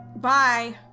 Bye